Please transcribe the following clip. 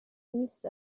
east